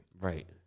Right